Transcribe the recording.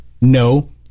no